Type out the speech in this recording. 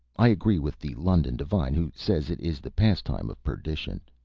i agree with the london divine who says it is the pastime of perdition.